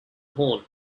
horn